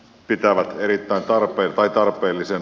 pitää olla erittäin tarpeen pitävät tarpeellisena